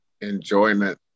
enjoyment